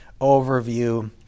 overview